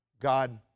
God